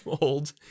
old